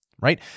right